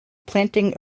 planting